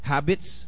Habits